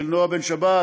של נועה בן-שבת,